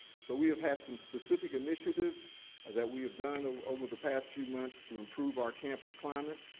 so, we have had some specific initiatives that we have done ah over the past few months to improve our campus climate.